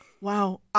Wow